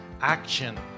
action